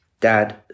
dad